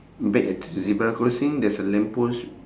back at t~ the zebra crossing there is a lamp post